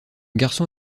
garçon